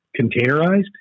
containerized